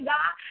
God